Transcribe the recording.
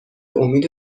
امید